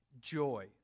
joy